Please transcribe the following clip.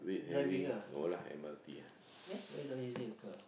driving ah eh why don't want using a car